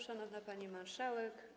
Szanowna Pani Marszałek!